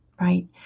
right